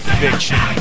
fiction